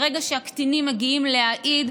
ברגע שהקטינים מגיעים להעיד,